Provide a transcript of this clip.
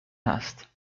هست